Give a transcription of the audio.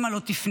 שמא לא תיפנה".